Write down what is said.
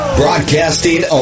broadcasting